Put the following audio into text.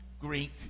Greek